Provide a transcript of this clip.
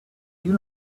you